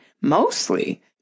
mostly